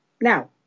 Now